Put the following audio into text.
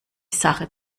sache